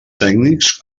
tècnics